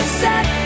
set